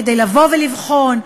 כדי לבוא ולבחון,